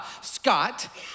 Scott